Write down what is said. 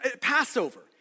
Passover